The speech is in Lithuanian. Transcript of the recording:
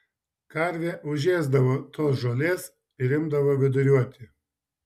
karvė užėsdavo tos žolės ir imdavo viduriuoti